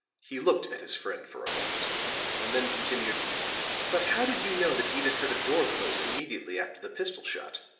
he looked at his friend for a moment and then continued but how did you know that edyth heard a door close immediately after the pistol shot?